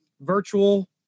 virtual